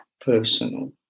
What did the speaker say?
personal